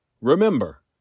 Remember